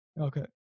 Okay